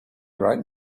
right